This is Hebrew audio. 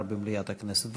במליאת הכנסת מחר.